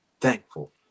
thankful